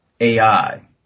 AI